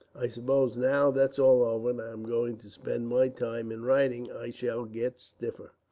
i suppose, now that's all over and i am going to spend my time in writing, i shall get stiffer.